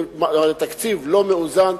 לתקציב לא מאוזן,